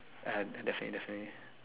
ah yeah definitely definitely